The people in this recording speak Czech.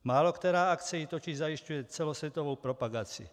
Málokterá akce jí totiž zajišťuje celosvětovou propagaci.